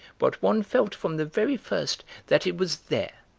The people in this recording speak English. but one felt from the very first that it was there.